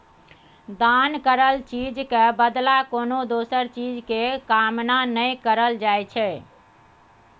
दान करल चीज के बदला कोनो दोसर चीज के कामना नइ करल जाइ छइ